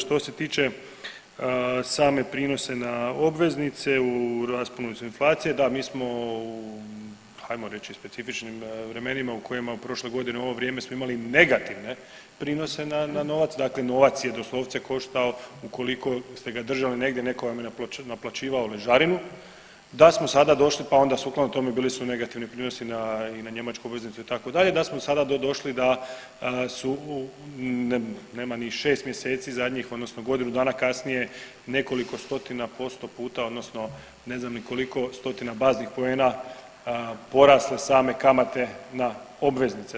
Što se tiče same prinose na obveznici u rasponu su inflacije, da mi smo u, ajmo reć u specifičnim vremenima u kojima prošle godine u ovo vrijeme smo imali negativne prinose na, na novac, dakle novac je doslovce koštao ukoliko ste ga držali negdje, neko vam je naplaćivao ležarinu, da smo sada došli, pa onda sukladno tome bili su negativni prinosi na i na njemačku obveznicu itd., da smo sada došli da su, nema ni 6 mjeseci zadnjih odnosno godinu danak kasnije nekoliko stotina posto puta, odnosno ne znam ni koliko stotina baznih poena porasle same kamate na obveznice.